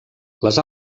les